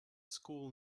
school